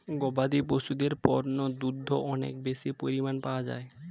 গবাদি পশুদের পণ্য দুগ্ধ অনেক বেশি পরিমাণ পাওয়া যায়